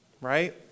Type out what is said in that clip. right